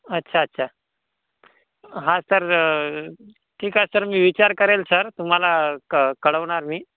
अच्छा अच्छा हां सर ठीक आहे सर मी विचार करेन सर तुम्हाला क कळवणार मी